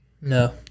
No